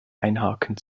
einhaken